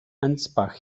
ansbach